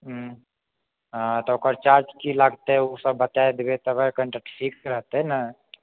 हूँ हँ त ओकर चार्ज की लागतै बताए देबै तबे कनीटा ठीक रहतै ने